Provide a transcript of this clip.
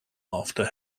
after